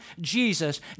Jesus